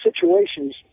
situations